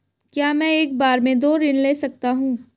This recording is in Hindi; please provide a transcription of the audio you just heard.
क्या मैं एक बार में दो ऋण ले सकता हूँ?